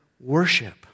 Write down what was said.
worship